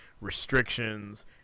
restrictions